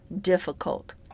difficult